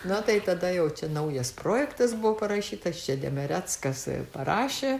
na tai tada jau čia naujas projektas buvo parašytas čia demereckas parašė